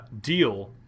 deal